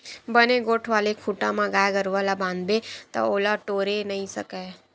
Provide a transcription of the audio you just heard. बने मोठ्ठ वाले खूटा म गाय गरुवा ल बांधबे ता ओला टोरे नइ सकय